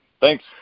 Thanks